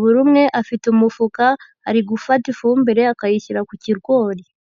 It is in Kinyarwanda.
buri umwe afite umufuka ari gufata ifumbire akayishyira ku kigori.